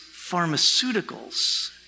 pharmaceuticals